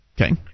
Okay